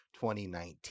2019